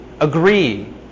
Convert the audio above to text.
agree